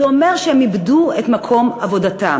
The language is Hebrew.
זה אומר שהם איבדו את מקום עבודתם.